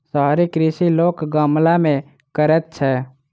शहरी कृषि लोक गमला मे करैत छै